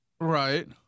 Right